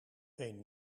een